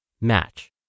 match